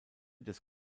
des